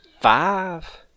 five